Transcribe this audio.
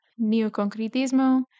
Neoconcretismo